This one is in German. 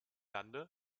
lande